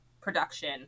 production